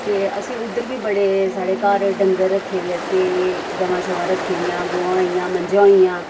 ते असें उधर बी बड़े सारे घर डंगर रक्खे दे असें गमां शमां रक्खी दियां गौआं होई गेआ मज्जां होई गेइयां